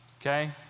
okay